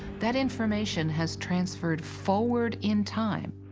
that information has transferred forward in time.